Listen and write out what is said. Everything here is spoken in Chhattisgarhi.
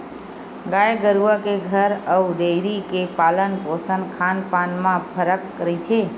गाय गरुवा के घर अउ डेयरी के पालन पोसन खान पान म फरक रहिथे